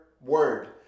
word